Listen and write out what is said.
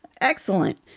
Excellent